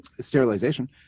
sterilization